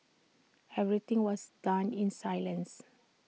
everything was done in silence